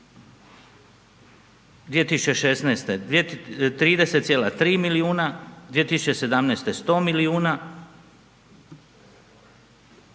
2016. 30,3 milijuna, 2017. 100 milijuna